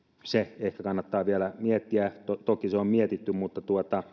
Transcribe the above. sitä ehkä kannattaa vielä miettiä ja toki sitä on mietitty mutta